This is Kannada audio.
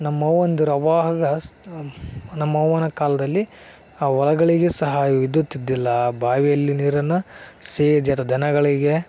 ನಮ್ಮ ಅವ್ವಂದಿರು ಅವಾಗ ಸ್ ನಮ್ಮ ಅವ್ವನ ಕಾಲದಲ್ಲಿ ಆ ಹೊಲಗಳಿಗೆ ಸಹ ವಿದ್ಯುತ್ ಇದ್ದಿಲ್ಲ ಬಾವಿಯಲ್ಲಿ ನೀರನ್ನು ಸೇದಿ ಅಥವಾ ದನಗಳಿಗೆ